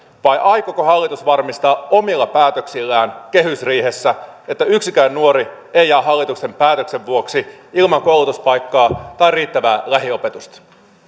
vai aikooko hallitus varmistaa omilla päätöksillään kehysriihessä että yksikään nuori ei jää hallituksen päätöksen vuoksi ilman koulutuspaikkaa tai riittävää lähiopetusta